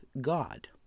God